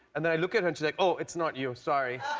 and i look at her, and she's like, oh, it's not you. sorry.